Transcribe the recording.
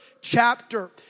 chapter